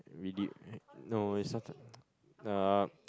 we did no it started uh